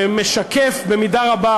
שמשקף במידה רבה